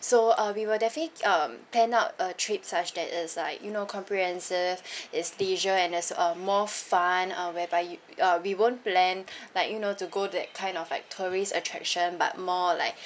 so uh we will definitely um plan out a trip such that it's like you know comprehensive it's leisure and it's um more fun uh whereby you uh we won't plan like you know to go that kind of like tourist attraction but more like